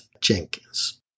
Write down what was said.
Jenkins